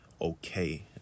okay